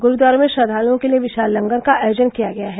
गुरूद्वारों में श्रद्वालुओं के लिये विशाल लगर का आयोजन किया गया है